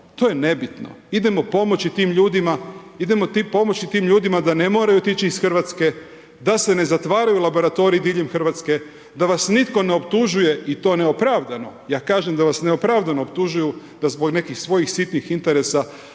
To je nebitno. Idemo pomoći tim ljudima da ne moraju otići iz Hrvatske, da se ne zatvaraju laboratoriji diljem Hrvatske, da vas nitko ne optužuje i to neopravdano, ja kažem da vas neopravdano optužuju da zbog nekih svojih sitnih interesa